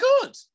good